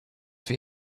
for